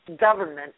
government